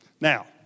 Now